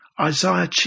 Isaiah